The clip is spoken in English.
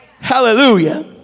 Hallelujah